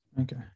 Okay